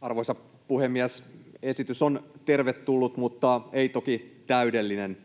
Arvoisa puhemies! Esitys on tervetullut, mutta ei toki täydellinen.